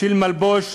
של מלבוש,